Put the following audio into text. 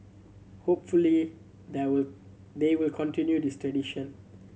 hopefully there will they will continue this tradition